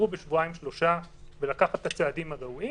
בשבועיים-שלושה בנקיטת הצעדים הראויים